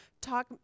talk